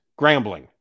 Grambling